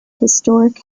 historic